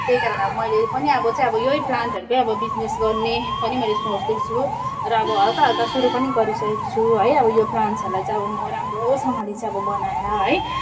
त्यही कारण अब मैले पनि अब चाहिँ अब यही प्लान्टहरूकै अब बिजनेस गर्न पनि मैले सोच्दैछु र अब हल्का हल्का सुरु पनि गरिसकेको छु है अब यो प्लान्ट्सहरूलाई चाहिँ अब म राम्रोसँगले चाहिँ अब बनाएर है